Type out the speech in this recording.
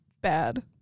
bad